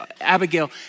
Abigail